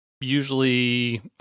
usually